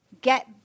get